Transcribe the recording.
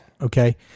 Okay